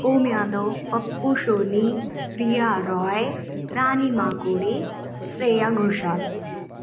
Om Yadav Pappu Soni Riya Roy Rani Makode Shreya Ghosal